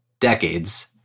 decades